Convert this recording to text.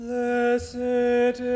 Blessed